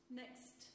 next